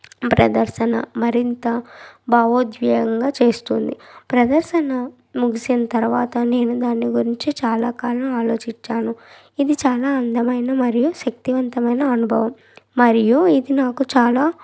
ప్రదర్శన మరింత భావోద్వేగంగా చేస్తుంది ప్రదర్శన ముగిసిన తరువాత నేను దాని గురించి చాలా కాలం ఆలోచించాను ఇది చాలా అందమైన మరియు శక్తివంతమైన అనుభవం మరియు ఇది నాకు చాలా